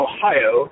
Ohio